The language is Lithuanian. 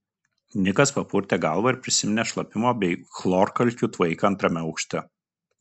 nikas papurtė galvą ir prisiminė šlapimo bei chlorkalkių tvaiką antrame aukšte